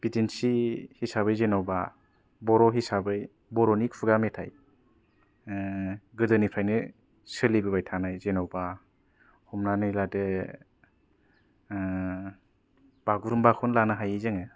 बिदिन्थि हिसाबै जेनबा बर' हिसाबै बर'नि खुगा मेथाइ गोदोनिफ्रायनो सोलिबोनाय थानाय जेन'बा हमनानै लादो बागुरुमबाखौनो लानो हायो जोंङो